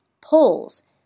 polls